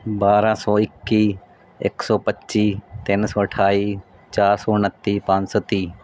ਬਾਰਾਂ ਸੌ ਇੱਕੀ ਇੱਕ ਸੌ ਪੱਚੀ ਤਿੰਨ ਸੌ ਅਠਾਈ ਚਾਰ ਸੌ ਉਨੱਤੀ ਪੰਜ ਸੌ ਤੀਹ